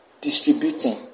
Distributing